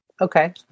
Okay